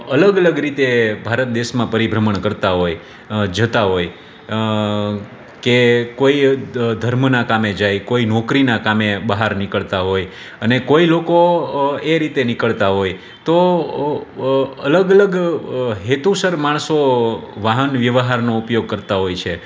અલગ અલગ રીતે ભારત દેશમાં પરિભ્રમણ કરતાં હોય જતાં હોય કે કોઈ ધર્મના કામે જાય કોઈ નોકરીના કામે બહાર નીકળતા હોય અને કોઈ લોકો એ રીતે નીકળતા હોય તો અલગ અલગ હેતુસર માણસો વાહન વ્યવહારનો ઉપયોગ કરતાં હોય છે